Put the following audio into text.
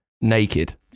naked